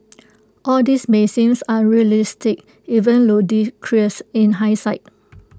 all this may seem unrealistic even ludicrous in hide sight